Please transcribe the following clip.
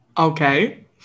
Okay